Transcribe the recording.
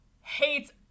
hates